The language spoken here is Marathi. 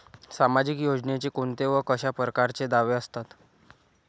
सामाजिक योजनेचे कोंते व कशा परकारचे दावे असतात?